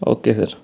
okay sir